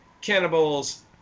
cannibals